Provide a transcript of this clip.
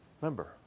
Remember